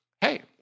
Hey